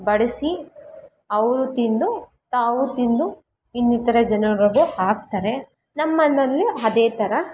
ಬಡಿಸಿ ಅವರು ತಿಂದು ತಾವು ತಿಂದು ಇನ್ನಿತರ ಜನರಿಗು ಹಾಕ್ತಾರೆ ನಮ್ಮಮನೆಯಲ್ಲಿ ಅದೇ ಥರ